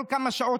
כל כמה שעות,